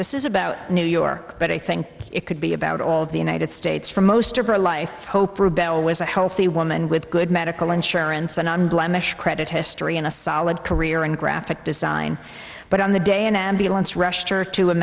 this is about new york but i think it could be about all of the united states for most of her life hope rebel was a healthy woman with good medical insurance an unblemished credit history and a solid career in graphic design but on the day an ambulance rushed her to